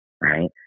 right